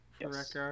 Yes